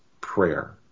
prayer